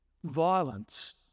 Violence